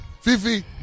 Fifi